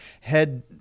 head